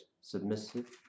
submissive